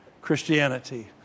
Christianity